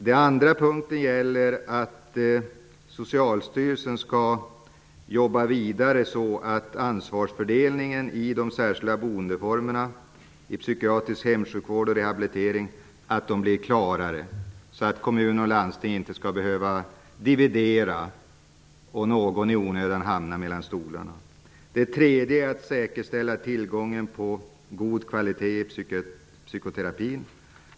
Den andra punkten gäller att Socialstyrelsen skall jobba vidare så att ansvarsfördelningen i fråga om de särskilda boendeformerna i psykiatrisk hemsjukvård och rehabilitering blir klarare. På det sättet slipper kommuner och landsting dividera om vad som gäller, om någon i onödan hamnar mellan stolar. Den tredje punkten gäller att säkerställa tillgången på god kvalitet i psykoterapin.